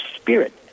spirit